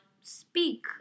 speak